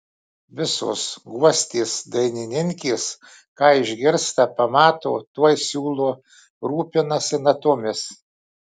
visos guostės dainininkės ką išgirsta pamato tuoj siūlo rūpinasi natomis